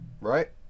Right